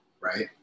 right